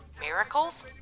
miracles